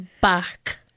back